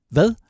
Hvad